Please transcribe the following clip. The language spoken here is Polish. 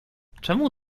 czemu